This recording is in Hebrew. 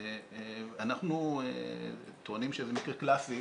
אנחנו טוענים שזה מקרה קלאסי